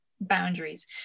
boundaries